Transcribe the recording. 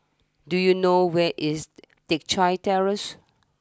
do you know where is Teck Chye Terrace